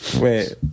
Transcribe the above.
Wait